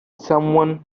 someone